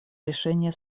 решения